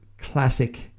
classic